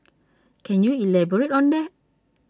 can you elaborate on that